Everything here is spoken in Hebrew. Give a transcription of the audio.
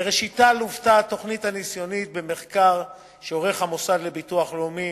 מראשיתה לוותה התוכנית הניסיונית במחקר שערך המוסד לביטוח לאומי